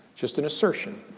just an assertion,